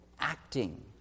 Acting